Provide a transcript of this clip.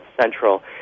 Central